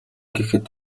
гэхэд